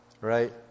right